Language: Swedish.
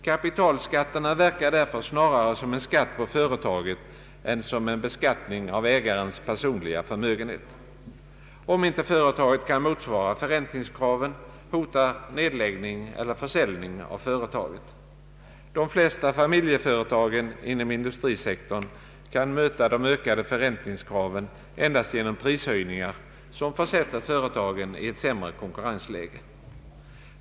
Kapitalskatterna verkar därför snarare som en skatt på företaget än som en beskattning av ägarens personliga förmögenhet. Om inte företaget kan motsvara förräntningskraven hotar nedläggning eller försäljning av företaget. De flesta familjeföretagen inom industrisektorn kan möta de ökade förräntningskraven endast med prishöjningar som försätter företagen i ett sämre konkurrensläge.